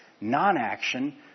non-action